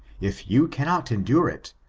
if you cannot endure it,